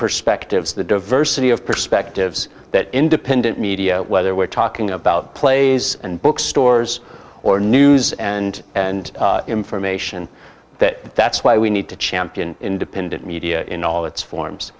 perspectives the diversity of perspectives that independent media whether we're talking about plays and bookstores or news and information that that's why we need to champion independent media in all its forms